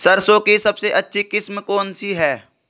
सरसों की सबसे अच्छी किस्म कौन सी है?